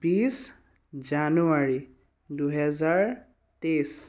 বিশ জানুৱাৰী দুহেজাৰ তেইছ